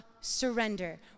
surrender